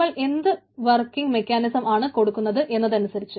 നമ്മൾ എന്ത് working mechanism ആണ് കൊടുക്കുന്നത് എന്നതനുസരിച്ച്